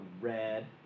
red